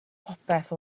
popeth